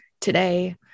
today